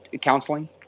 counseling